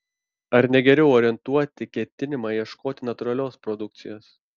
ar ne geriau orientuoti ketinimą ieškoti natūralios produkcijos